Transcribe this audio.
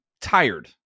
tired